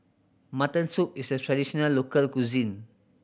mutton soup is a traditional local cuisine